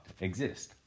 exist